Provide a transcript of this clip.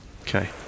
Okay